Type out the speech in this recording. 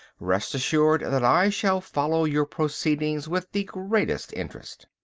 rest assured that i shall follow your proceedings with the greatest interest.